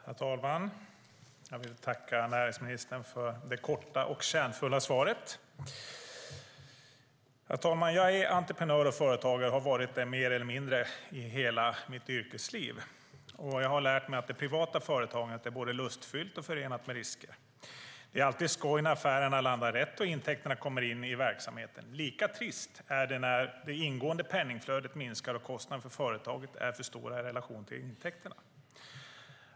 Herr talman! Jag vill tacka näringsministern för det korta och kärnfulla svaret! Herr talman! Jag är entreprenör och företagare, och jag har varit det i mer eller mindre hela mitt yrkesliv. Jag har lärt mig att det privata företagandet är både lustfyllt och förenat med risker. Det är alltid skoj när affärerna landar rätt och intäkterna kommer in i verksamheten. Lika trist är det när det ingående penningflödet minskar och kostnaderna för företaget är för stora i relation till intäkterna.